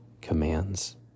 commands